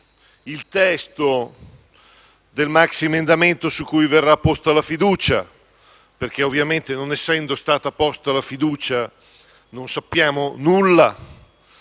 il testo del maxiemendamento su cui verrà posta la fiducia. Infatti, non essendo stata posta la fiducia, non sappiamo nulla